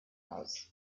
aus